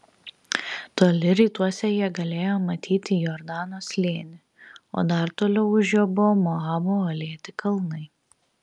toli rytuose jie galėjo matyti jordano slėnį o dar toliau už jo buvo moabo uolėti kalnai